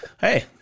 hey